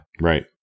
right